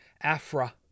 afra